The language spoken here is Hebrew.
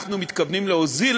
אנחנו מתכוונים להוזיל